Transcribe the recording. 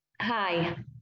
Hi